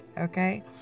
okay